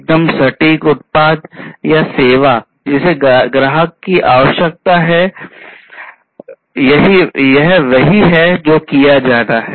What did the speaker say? एकदम सटीक उत्पाद या सेवा जिसे ग्राहक की आवश्यकता है यह वही है जो किया जाना है